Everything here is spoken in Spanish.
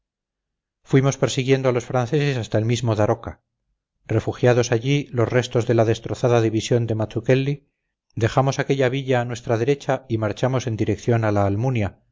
fuimos persiguiendo a los franceses hasta el mismo daroca refugiados allí los restos de la destrozada división de mazuquelli dejamos aquella villa a nuestra derecha y marchamos en dirección a la almunia